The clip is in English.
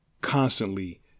constantly